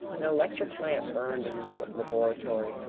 an electric lamp burned in the laboratory,